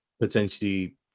potentially